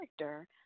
character